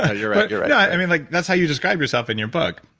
ah you're right. you're right i mean like that's how you describe yourself in your book,